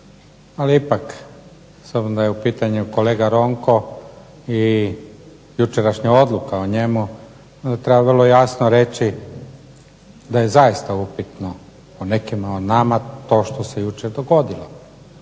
Ali ipak, s obzirom da je u pitanju kolega Ronko i jučerašnja odluka o njemu onda treba vrlo jasno reći da je zaista upitno po nekima od nas to što se jučer dogodilo.